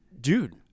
dude